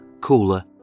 cooler